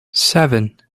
seven